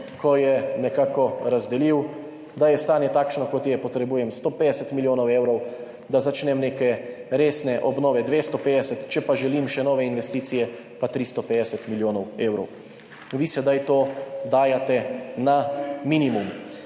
ko je nekako razdelil: »Da je stanje takšno, kot je, potrebujem 150 milijonov evrov, da začnem neke resne obnove 250, če pa želim še nove investicije, pa 350 milijonov evrov.« Vi sedaj to dajete na minimum